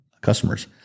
customers